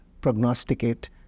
prognosticate